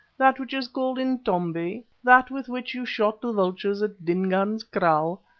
that which is called intombi, that with which you shot the vultures at dingaan's kraal?